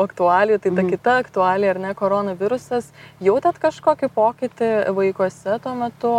aktualijų tai ta kita aktualija ar ne corona virusas jautėt kažkokį pokytį vaikuose tuo metu